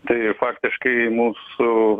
tai faktiškai mūsų